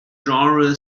genre